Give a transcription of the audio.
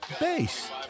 base